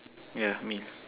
yeah me